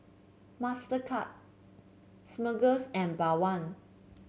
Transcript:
Mastercard Smuckers and Bawang